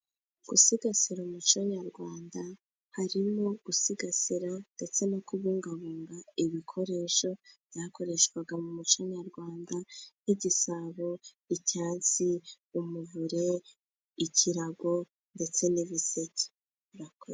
Gusigasira umuco Nyarwanda harimo gusigasira ndetse no kubungabunga ibikoresho byakoreshwaga mu muco Nyarwanda nk'igisabo , icyansi, umuvure , ikirago ndetse n'ibiseke.